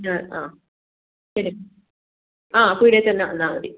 ഞാൻ ആ ശരി ആ പീടികയിൽ തന്നെ വന്നാൽ മതി